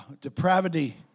depravity